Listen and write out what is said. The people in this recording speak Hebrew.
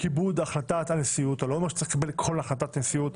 כיבוד החלטות נשיאות אני לא אומר שצריך לכבד כל החלטה של הנשיאות,